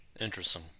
Interesting